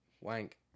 Wank